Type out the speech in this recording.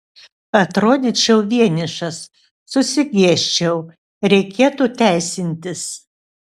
atrodyčiau vienišas susigėsčiau reikėtų teisintis